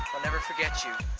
i'll never forget you.